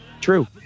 true